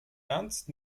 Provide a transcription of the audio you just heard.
ernst